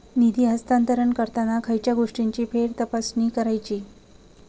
निधी हस्तांतरण करताना खयच्या गोष्टींची फेरतपासणी करायची?